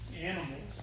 animals